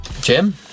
Jim